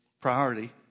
priority